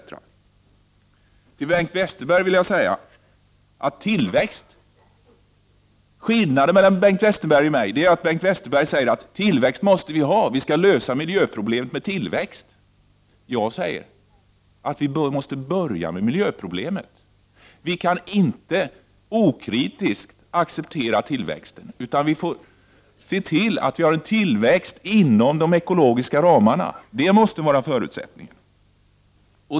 Till Bengt Westerberg vill jag säga att skillnaden mellan Bengt Westerberg och mig är att han säger att vi måste ha tillväxt. Vi skall lösa miljöproblemen med tillväxt. Jag säger att vi måste börja med miljöproblemet. Vi kan inte okritiskt acceptera tillväxten, utan vi får se till att vi har en tillväxt inom de ekologiska ramarna — det måste vara förutsättningen.